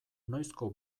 noizko